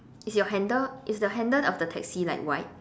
is your handle is the handle of the taxi like white